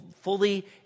Fully